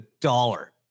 dollar